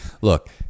Look